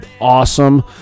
awesome